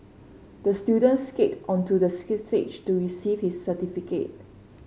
the student skated onto the stage to receive his certificate